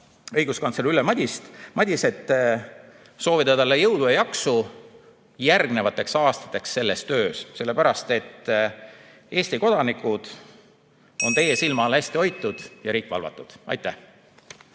õiguskantsler Ülle Madiset, soovida talle jõudu ja jaksu järgnevateks aastateks selles töös. Sellepärast, et Eesti kodanikud on teie silma all hästi hoitud ja riik valvatud. Aitäh!